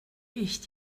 ich